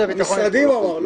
המשרדים, הוא אמר.